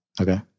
Okay